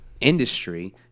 industry